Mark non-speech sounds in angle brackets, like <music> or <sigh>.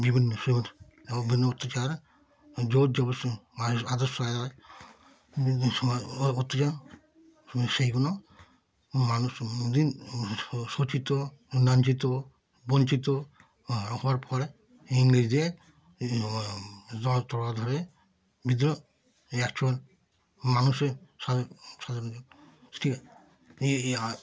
বিভিন্ন সময় বিভিন্ন অত্যাচার জোর জবরদস্তি আদর্শ বিভিন্ন সময় অত্যাচার সেইগুলো মানুষ দিন শো শোষিত লাঞ্ছিত বঞ্চিত হও হওয়ার পরে ইংরেজদের <unintelligible> ধরে বিদ্রোহ অ্যাকচুয়াল মানুষের সাধারণ সাধারণ ঠিক আছে এই এই